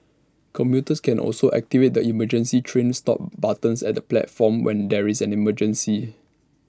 commuters can also activate the emergency train stop buttons at the platforms when there is an emergency